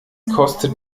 kostet